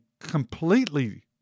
completely